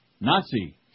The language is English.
Nazi